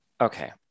okay